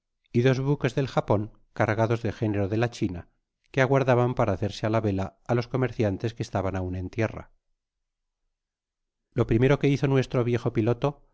y dos buques del japon cargados de gé ñeros de la china que aguardaban para hacerse á la vela á los comerciantes que estaban aun en tierra lo primero que hizo nuestro viejo piloto